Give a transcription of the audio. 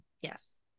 Yes